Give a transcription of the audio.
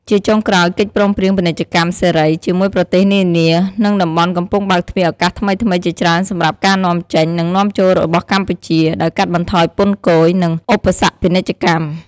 ជាចុងក្រោយ កិច្ចព្រមព្រៀងពាណិជ្ជកម្មសេរី ជាមួយប្រទេសនានា និងតំបន់កំពុងបើកទ្វារឱកាសថ្មីៗជាច្រើនសម្រាប់ការនាំចេញ និងនាំចូលរបស់កម្ពុជា ដោយកាត់បន្ថយពន្ធគយ និងឧបសគ្គពាណិជ្ជកម្ម។